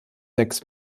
sechs